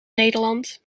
nederland